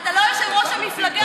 אתה לא יושב-ראש המפלגה,